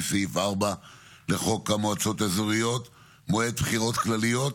פחות יהירות וגאווה,